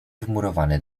wmurowane